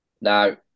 now